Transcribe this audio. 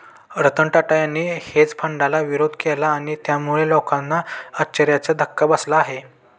रतन टाटा यांनी हेज फंडाला विरोध केला आणि त्यामुळे लोकांना आश्चर्याचा धक्का बसला आहे